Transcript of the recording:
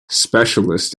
specialists